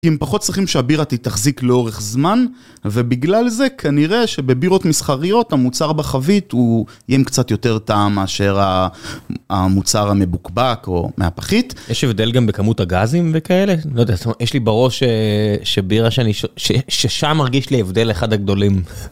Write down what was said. אם פחות צריכים שהבירה תחזיק לאורך זמן ובגלל זה כנראה שבבירות מסחריות המוצר בחבית הוא יהיה עם קצת יותר טעם מאשר המוצר המבוקבק או מהפחית. יש הבדל גם בכמות הגזים וכאלה? לא יודע יש לי בראש ש.... ששם מרגיש לי הבדל אחד הגדולים.